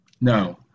No